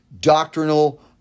doctrinal